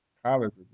college